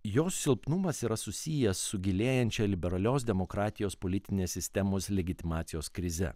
jos silpnumas yra susijęs su gilėjančia liberalios demokratijos politinės sistemos legitimacijos krize